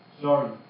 sorry